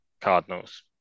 cardinals